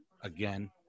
again